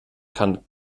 kann